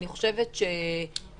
אני חושב שאפשר